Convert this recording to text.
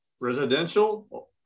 residential